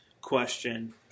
question